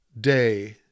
day